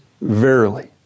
verily